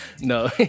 No